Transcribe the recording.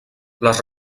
les